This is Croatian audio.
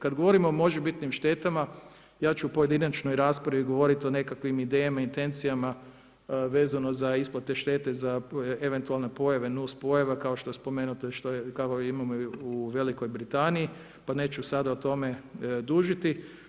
Kad govorimo o možebitnim štetama ja ću u pojedinačnoj raspravi govoriti o nekakvih idejama i intencijama vezano za isplate štete za eventualne pojave, nuspojave, kao što je spomenuto i imamo u Velikoj Britaniji, pa neću sada o tome dužiti.